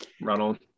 Ronald